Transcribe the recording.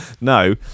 No